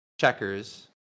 Checkers